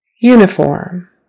Uniform